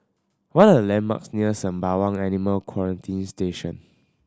what are the landmarks near Sembawang Animal Quarantine Station